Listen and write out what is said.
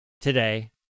today